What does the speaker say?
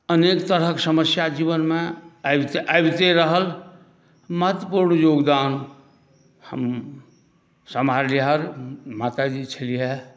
अनेक तरहके समस्या जीवनमे आबिते रहल महत्वपूर्ण योगदान हम हमर जे माताजी छलीह हे